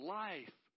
life